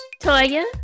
Toya